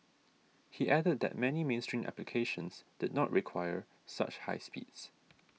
he added that many mainstream applications did not quite require such high speeds